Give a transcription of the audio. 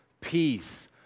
peace